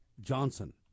Johnson